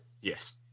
Yes